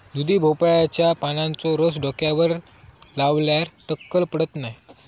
दुधी भोपळ्याच्या पानांचो रस डोक्यावर लावल्यार टक्कल पडत नाय